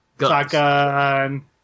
shotgun